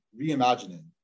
reimagining